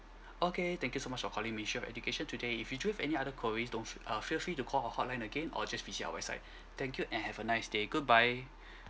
okay thank you so much for calling ministry of education today if you do have any other queries don't uh feel free to call our hotline again or just visit our website thank you and have a nice day goodbye